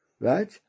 right